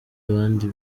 abandi